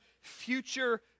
future